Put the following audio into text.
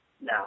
No